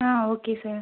ah okay sir